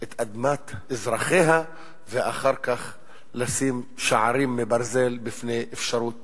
את אדמת אזרחיה ואחר כך לשים שערים מברזל בפני האפשרות